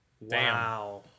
Wow